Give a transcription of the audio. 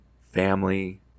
family